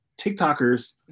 TikTokers